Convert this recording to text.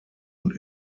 und